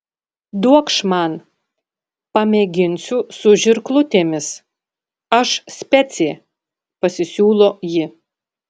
duokš man pamėginsiu su žirklutėmis aš specė pasisiūlo ji